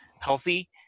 healthy